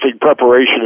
preparation